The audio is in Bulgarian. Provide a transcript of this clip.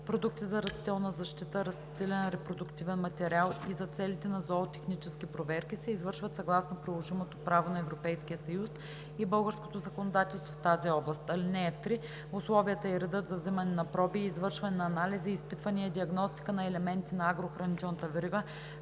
продукти за растителна защита, растителен репродуктивен материал и за целите на зоотехнически проверки се извършват съгласно приложимото право на Европейския съюз и българското законодателство в тази област. (3) Условията и редът за вземане на проби и извършване на анализи, изпитвания и диагностика на елементи на агрохранителната верига,